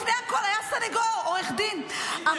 לפני הכול היה סנגור, עורך דין -- מי זה?